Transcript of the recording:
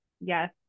yes